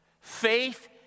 Faith